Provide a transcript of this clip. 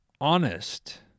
honest